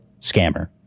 scammer